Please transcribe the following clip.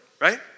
right